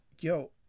yo